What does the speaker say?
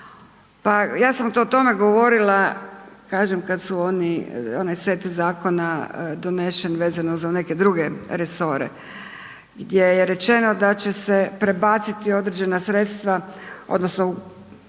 pa ja sam o tome govorila, kažem, kad su oni set zakona donesen vezano za neke druge resore gdje je rečeno da će se prebaciti određena sredstva, odnosno uglaviti